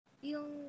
yung